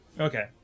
okay